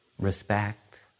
respect